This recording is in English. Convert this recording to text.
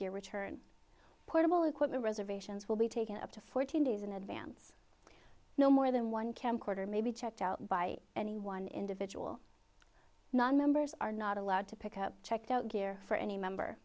your return portable equipment reservations will be taken up to fourteen days in advance no more than one camcorder may be checked out by any one individual nonmembers are not allowed to pick up checked out gear for any member